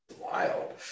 wild